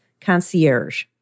Concierge